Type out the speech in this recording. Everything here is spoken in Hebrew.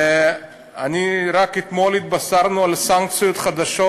רק אתמול התבשרנו על סנקציות חדשות